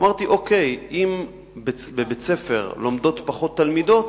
אמרתי: אם בבית-ספר לומדות פחות תלמידות,